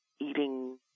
eating